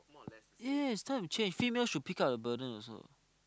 yes it's time to change female should pick up the burden also